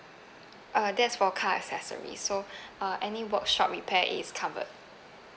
uh that's for car accessories so uh any workshop repair is covered